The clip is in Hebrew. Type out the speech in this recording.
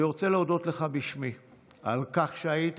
אני רוצה להודות לך בשמי על כך שהיית